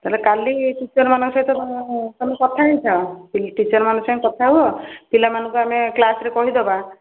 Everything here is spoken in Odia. ତା'ହେଲେ କାଲି ଟିଚର୍ ମାନଙ୍କ ସହିତ ତୁମେ କଥା ହେଇଯାଅ ଟିଚର୍ ମାନଙ୍କ ସାଙ୍ଗେ କଥା ହୁଅ ପିଲାମାନଙ୍କୁ ଆମେ କ୍ଲାସ୍ରେ କହିଦେବା